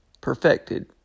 perfected